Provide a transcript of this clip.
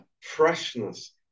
freshness